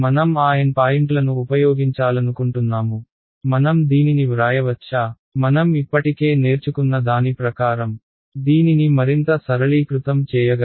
మనం ఆ N పాయింట్లను ఉపయోగించాలనుకుంటున్నాము మనం దీనిని వ్రాయవచ్చా మనం ఇప్పటికే నేర్చుకున్న దాని ప్రకారం దీనిని మరింత సరళీకృతం చేయగలమా